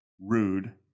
rude